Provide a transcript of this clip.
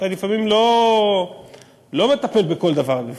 לפעמים אתה לא מטפל בכל דבר לבד.